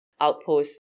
Outposts